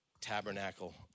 Tabernacle